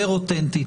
יותר אותנטית,